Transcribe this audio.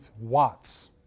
watts